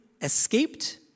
escaped